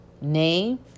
name